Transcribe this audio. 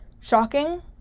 Shocking